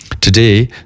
Today